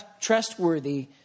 trustworthy